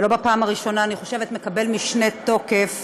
ולא בפעם הראשונה, אני חושבת שהוא מקבל משנה תוקף